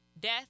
Death